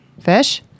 fish